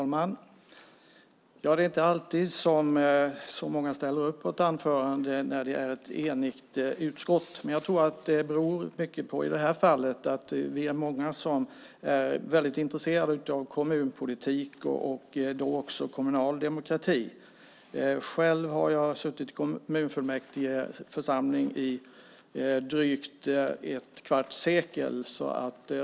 Fru talman! Det är inte alltid som så här många ställer upp på ett anförande när det är ett enigt utskott. Men jag tror att det i det här fallet beror mycket på att vi är många som är väldigt intresserade av kommunpolitik och då också kommunal demokrati. Själv har jag suttit i kommunfullmäktigeförsamling i drygt ett kvarts sekel.